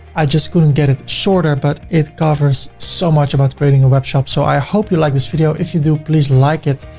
i just couldn't get it shorter, but it covers so much about creating a webshop. so i hope you liked this video. if you do, please like it,